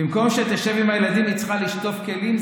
במקום שתשב עם הילדים היא צריכה לשטוף כלים.